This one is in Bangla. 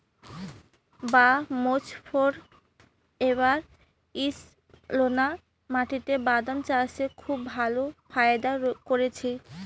বাঃ মোজফ্ফর এবার ঈষৎলোনা মাটিতে বাদাম চাষে খুব ভালো ফায়দা করেছে